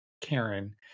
Karen